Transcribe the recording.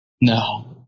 no